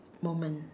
moment